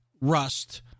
Rust